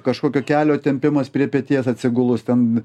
kažkokio kelio tempimas prie peties atsigulus ten